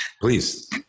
please